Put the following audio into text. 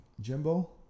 Jimbo